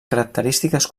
característiques